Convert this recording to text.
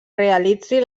realitzi